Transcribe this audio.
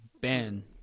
Ben